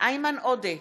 איימן עודה,